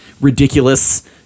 ridiculous